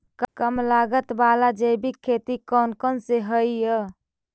कम लागत वाला जैविक खेती कौन कौन से हईय्य?